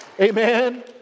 Amen